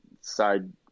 side